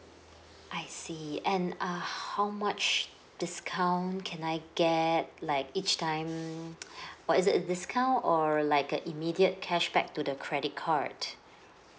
I see and uh how much discount can I get like each time or is it discount or like a immediate cashback to the credit card